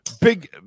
Big